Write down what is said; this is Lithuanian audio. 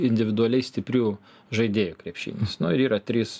individualiai stiprių žaidėjų krepšinis ir yra trys